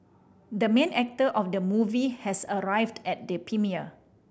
the main actor of the movie has arrived at the premiere